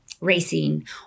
racing